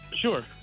Sure